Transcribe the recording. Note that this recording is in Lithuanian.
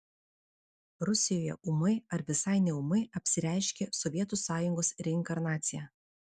rusijoje ūmai ar visai neūmai apsireiškė sovietų sąjungos reinkarnacija